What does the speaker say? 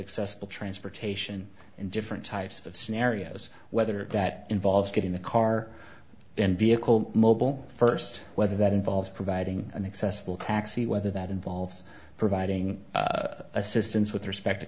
accessible transportation in different types of scenarios whether that involves getting the car and vehicle mobile first whether that involves providing an accessible taxi whether that involves providing assistance with respect to